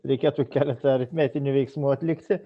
reikėtų keletą aritmetinių veiksmų atlikti